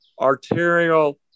arterial